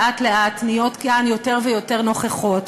לאט-לאט נהיות כאן יותר ויותר נוכחות,